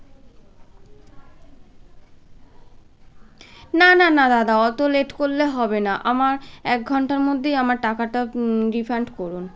না না না দাদা অতো লেট করলে হবে না আমার এক ঘন্টার মধ্যেই আমার টাকাটা রিফান্ড করুন